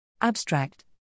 Abstract